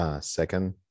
second